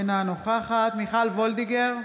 אינה נוכחת מיכל וולדיגר,